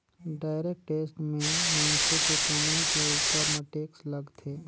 direct tax में मइनसे के कमई के उपर म टेक्स लगथे